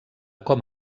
com